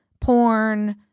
porn